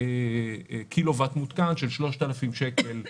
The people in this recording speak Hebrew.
קילו-ואט מותקן של 3,000 שקל לקילו-ואט,